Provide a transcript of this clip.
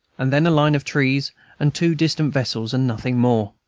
and then a line of trees and two distant vessels and nothing more.